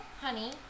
honey